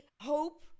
hope